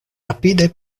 rapide